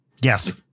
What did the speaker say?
Yes